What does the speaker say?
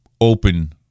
open